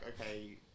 okay